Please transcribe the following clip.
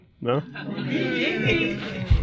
No